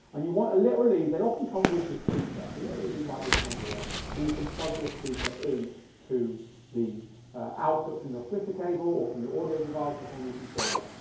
and you want a little lead, they often come with the speaker. a little lead like this one here so you can plug your speaker in to the output from your splitter cable or from your audio device or from your controller.